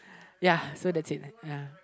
ya so that's it ya